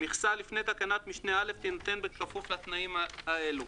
מכסה לפי תקנת משנה (א) תינתן בכפוף לתנאים האלה: